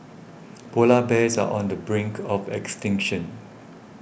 Polar Bears are on the brink of extinction